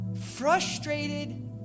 frustrated